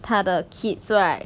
他的 kids right